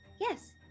yes